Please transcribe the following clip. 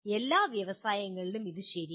എല്ലാ വ്യവസായങ്ങളിലും ഇത് ശരിയാണ്